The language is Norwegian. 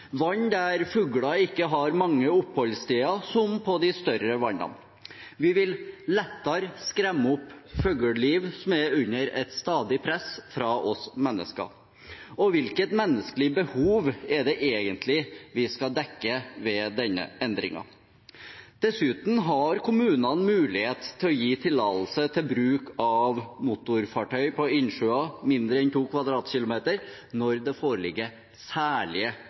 vann der fuglene ikke har så mange oppholdssteder som på de større vannene. Vi vil lettere skremme opp fugleliv som er under et stadig press fra oss mennesker. Hvilket menneskelig behov er det egentlig vi skal dekke med denne endringen? Dessuten har kommunene mulighet til å gi tillatelse til bruk av motorfartøy på innsjøer mindre enn 2 km 2 når det foreligger særlige